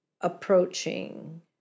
approaching